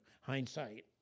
hindsight